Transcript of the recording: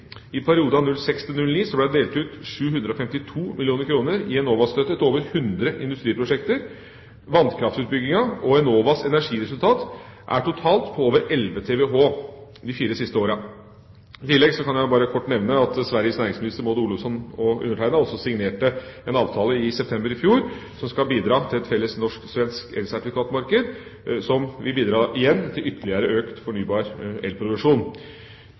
I perioden 2006–2009 ble det delt ut 752 mill. kr i Enova-støtte til over 100 industriprosjekter. Vannkraftutbygginga og Enovas energiresultat er totalt på over 11 TWh de fire siste årene. I tillegg kan jeg bare kort nevne at Sveriges næringsminister, Maud Olofsson, og jeg signerte en avtale i september i fjor som skal bidra til et felles norsk-svensk elsertifikatmarked som igjen vil bidra til ytterligere økt fornybar elproduksjon.